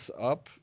up